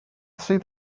sydd